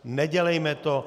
Nedělejme to.